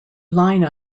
line